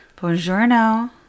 Bonjour